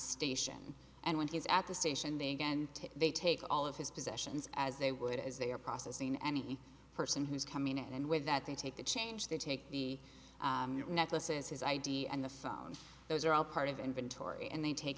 station and when he is at the station they again they take all of his possessions as they would as they are processing any person who's coming in and with that they take the change they take the necklaces his id and the phone those are all part of inventory and they take